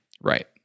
Right